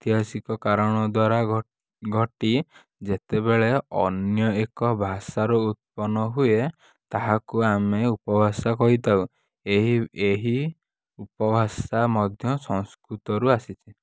କାରଣ ଦ୍ୱାରା ଘ ଘଟି ଯେତେବେଳେ ଅନ୍ୟ ଏକ ଭାଷାର ଉତ୍ପନ୍ନ ହୁଏ ତାହାକୁ ଆମେ ଉପଭାଷା କହିଥାଉ ଏହି ଏହି ଉପଭାଷା ମଧ୍ୟ ସଂସ୍କୃତରୁ ଆସିଛି